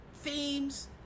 themes